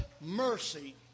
mercy